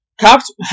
cops